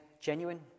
genuine